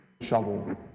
shovel